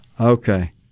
okay